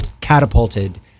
catapulted